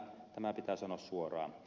tämä pitää sanoa suoraan